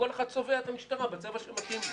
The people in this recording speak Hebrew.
כל אחד צובע את המשטרה בצבע שמתאים לו.